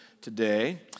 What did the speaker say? today